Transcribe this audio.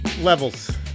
levels